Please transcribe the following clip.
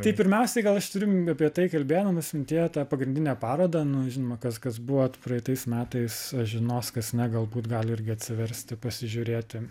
tai pirmiausiai gal aš turiu apie tai kalbėdamas mintyje tą pagrindinę parodą nu žinoma kas kas buvot praeitais metais žinos kas ne galbūt gali irgi atsiversti pasižiūrėti